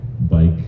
bike